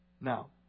Now